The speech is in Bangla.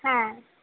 হ্যাঁ